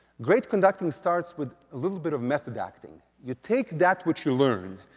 great conducting starts with a little bit of method acting. you take that which you learned,